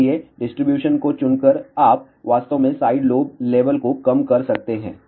इसलिए इस डिस्ट्रीब्यूशन को चुनकर आप वास्तव में साइड लोब लेवल को कम कर सकते हैं